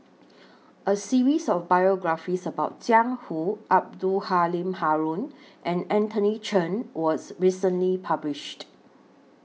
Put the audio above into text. A series of biographies about Jiang Hu Abdul Halim Haron and Anthony Chen was recently published